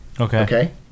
Okay